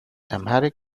amharic